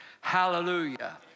hallelujah